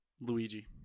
Luigi